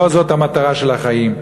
לא זאת המטרה של החיים.